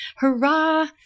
hurrah